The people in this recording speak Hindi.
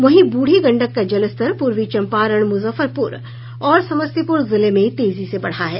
वहीं ब्रढ़ी गंडक का जलस्तर पूर्वी चंपारण मुजफ्फरपुर और समस्तीपुर जिले में तेजी से बढ़ा है